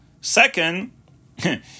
Second